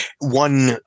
one